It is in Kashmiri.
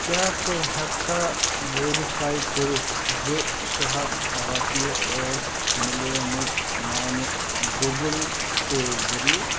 کیٛاہ ژٕ ہیٚکہٕ کھا ویرِفاے کٔرِتھ زِ شےٚ ہَتھ رۄپیہِ ٲسۍ میلیٛامِتۍ میٛانہِ گوٗگٕل پے ذریعہٕ